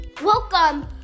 Welcome